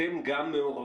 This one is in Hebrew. אתם גם מעורבים